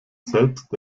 selbst